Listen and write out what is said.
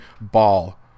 ball